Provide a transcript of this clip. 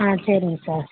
ஆ சரிங்க சார்